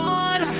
on